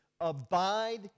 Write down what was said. abide